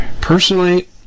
personally